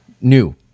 new